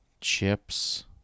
chips